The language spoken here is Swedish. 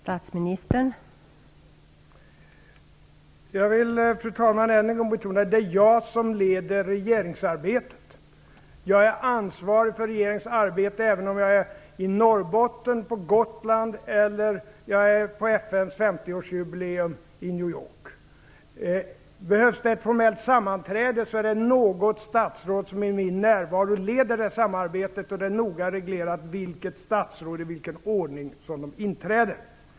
Fru talman! Jag vill än en gång betona att det är jag som leder regeringsarbetet. Jag är ansvarig för regeringens arbete även om jag är i Norrbotten, på Gotland eller på FN:s 50-årsjubileum i New York. Behövs ett formellt sammanträde så är det något statsråd som i min frånvaro leder det sammanträdet, och det är noga reglerat vilket statsråd det är och i vilken ordning de inträder.